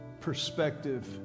perspective